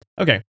Okay